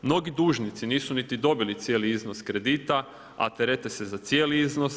Mnogi dužnici nisu niti dobili cijeli iznos kredita a terete se za cijeli iznos.